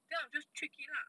then I will just trick it lah